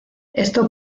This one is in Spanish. esto